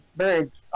birds